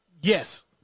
yes